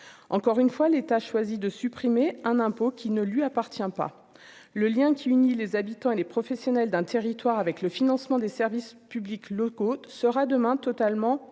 encore une fois, l'État choisi de supprimer un impôt qui ne lui appartient pas le lien qui unit les habitants et les professionnels d'un territoire avec le financement des services publics locaux, tu seras demain totalement rompu